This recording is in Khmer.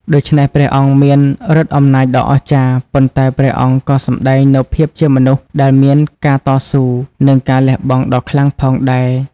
ដូច្នេះ ព្រះអង្គមានឫទ្ធិអំណាចដ៏អស្ចារ្យ ប៉ុន្តែព្រះអង្គក៏សម្ដែងនូវភាពជាមនុស្សដែលមានការតស៊ូ និងការលះបង់ដ៏ខ្លាំងផងដែរ ។